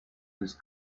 his